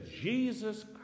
jesus